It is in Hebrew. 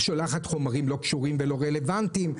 שולחת חומרים לא קשורים ולא רלוונטיים.